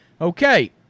Okay